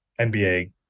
NBA